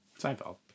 Seinfeld